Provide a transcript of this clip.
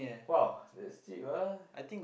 !wah! that steep ah